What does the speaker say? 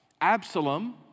Absalom